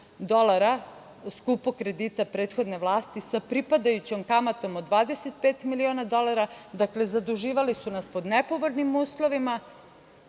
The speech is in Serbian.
dolara skupog kredita prethodne vlasti sa pripadajućom kamatom od 25 miliona dolara. Dakle zaduživali su nas pod nepovoljnim uslovima